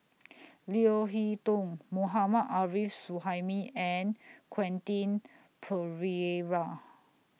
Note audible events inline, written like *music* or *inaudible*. *noise* Leo Hee Tong Mohammad Arif Suhaimi and Quentin Pereira